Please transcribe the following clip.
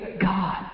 God